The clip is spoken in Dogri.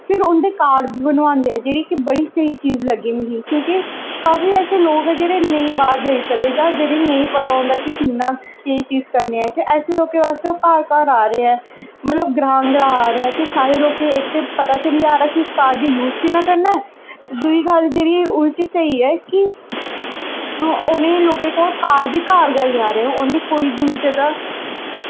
फिर उं'दे कार्ड बनोआंदे ऐं जेह्ड़ी बड़ी स्हेई चीज लग्गी मिगी क्योंकि काफी ऐसे लोग ऐ जेह्ड़े नेईं बाह्र जाई सकदे जि'नें गी नेईं पता होंदा कि कि'यां केह् चीज करनी ऐ ते लोकें बास्तै ओह् घर घर आंदे ऐ ते मतलब ग्रां ग्रां आ दे ऐं ते इक ते लोकें गी इक ते पता चली जा दी कि इस कार्ड दा यूज कि'यां करना ऐ दूई गल्ल ओह्दे च स्हेई ऐ कि उ'नें लोकें कोल कार्ड बी घर गै आई जा दे कोई दूई ज'गा